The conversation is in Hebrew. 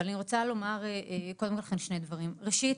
ואני רוצה לומר שני דברים: ראשית,